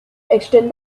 extend